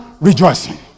rejoicing